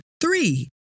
Three